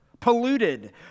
polluted